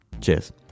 Cheers